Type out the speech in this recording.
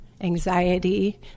anxiety